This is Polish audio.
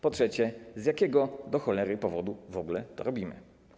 Po trzecie, z jakiego, do cholery, powodu w ogóle to robimy?